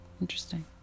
Interesting